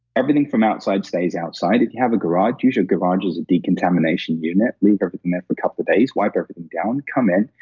everything from outside stays outside. if you have a garage, use your garage as a decontamination unit. leave everything couple of days, wipe everything down, come in.